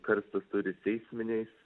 karstas turi seisminiais